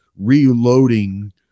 reloading